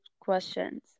questions